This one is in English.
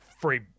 free